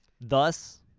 Thus